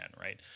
right